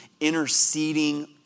interceding